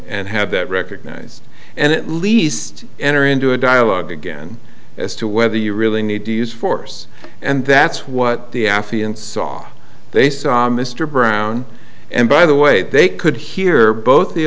and have that recognize and at least enter into a dialogue again as to whether you really need to use force and that's what the affianced saw they saw mr brown and by the way they could hear both the